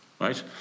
Right